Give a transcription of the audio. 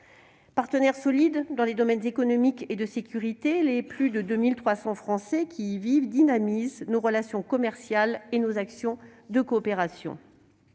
partenaire solide dans les domaines économique et de sécurité, et les plus de 2 300 Français qui y vivent dynamisent nos relations commerciales et nos actions de coopération.